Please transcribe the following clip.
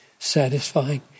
satisfying